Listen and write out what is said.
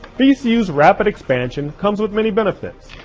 vcu's rapid expansion comes with many benefits,